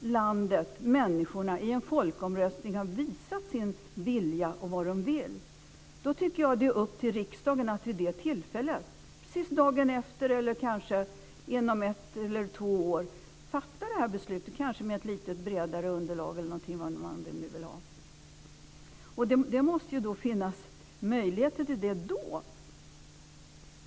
landet, människorna, i en folkomröstning ha visat sin vilja, är det upp till riksdagen att vid det tillfället - dagen efter eller kanske inom ett eller två år - fatta det beslutet, kanske med ett lite bredare underlag om man vill. Det måste finnas möjlighet att göra det då.